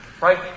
right